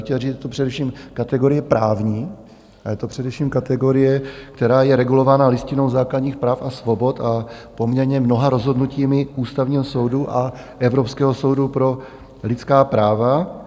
Já bych chtěl říct, že je to především kategorie právní a je to především kategorie, která je regulována Listinou základních práv a svobod a poměrně mnoha rozhodnutími Ústavního soudu a Evropského soudu pro lidská práva.